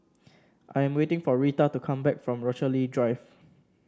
I am waiting for Rita to come back from Rochalie Drive